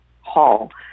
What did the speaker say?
Hall